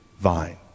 vine